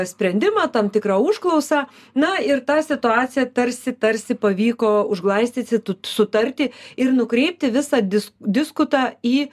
sprendimą tam tikrą užklausą na ir ta situaciją tarsi tarsi pavyko užglaistyti tu sutarti ir nukreipti visą dis diskutą į